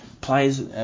players